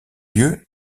lieu